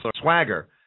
Swagger